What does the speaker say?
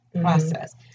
process